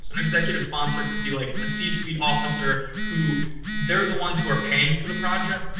an executive sponsor could be like a c-suite officer who they're the ones who are paying for the project,